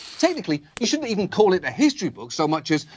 technically, you shouldn't even call it a history book, so much as.